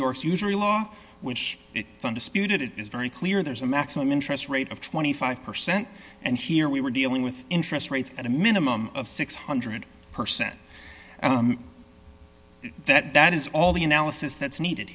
york's usury law which is undisputed it is very clear there's a maximum interest rate of twenty five percent and here we were dealing with interest rates at a minimum of six hundred percent that is all the analysis that's needed